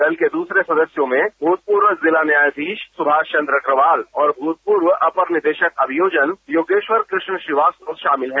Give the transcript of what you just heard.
दल के दूसरे सदस्यों में भूतपूर्व जिला न्यायाधीश सुभाष चंद्र अग्रवाल और भूतपूर्व अपर निदेशक अभियोजन योगेश्वर क्रष्ण श्रीवास्तव शामिल हैं